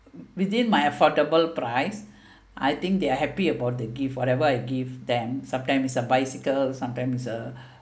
within my affordable price I think they are happy about the gift whatever I give them sometime is a bicycle sometimes is a